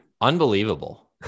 Unbelievable